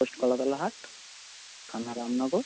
post Kalatala Hat Khanna Ramnagar